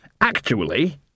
Actually